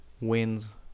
Wins